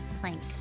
Plank